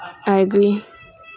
I agree